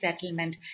settlement